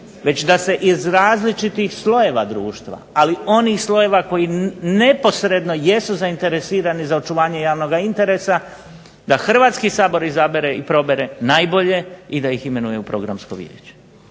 već da se iz različitih slojeva društva, ali onih slojeva koji neposredno jesu zainteresirani za očuvanje javnoga interesa, da Hrvatski sabor izabere i probere najbolje i da ih imenuje u Programsko vijeće.